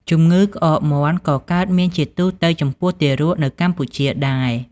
ជម្ងឺក្អកមាន់ ក៏កើតមានជាទូទៅចំពោះទារកនៅកម្ពុជាដែរ។